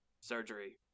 surgery